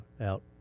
out